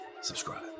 subscribe